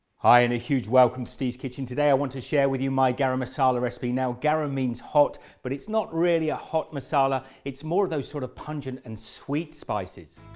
hi and a huge welcome to steve's kitchen. today i want to share with you my garam masala recipe. now garam means hot but it's not really a hot masala it's more of those sort of pungent and sweet spices